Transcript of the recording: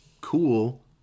cool